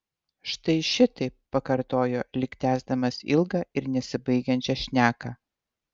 štai šitaip pakartojo lyg tęsdamas ilgą ir nesibaigiančią šneką